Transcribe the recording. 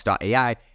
AI